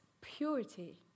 purity